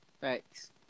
Thanks